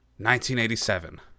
1987